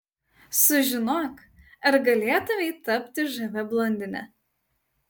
sužinok ar galėtumei tapti žavia blondine